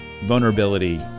vulnerability